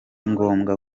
ngombwa